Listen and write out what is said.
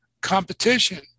competition